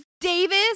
Davis